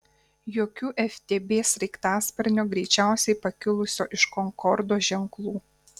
jokių ftb sraigtasparnio greičiausiai pakilusio iš konkordo ženklų